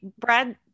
Brad